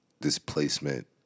displacement